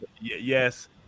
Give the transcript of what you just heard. yes